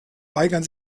weigern